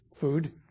food